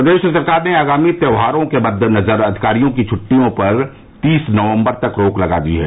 प्रदेश सरकार ने आगामी त्यौहारों के मददेनजर अधिकारियों की छट्टियों पर तीस नवम्बर तक रोक लगा दी है